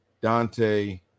Dante